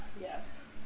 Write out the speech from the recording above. Yes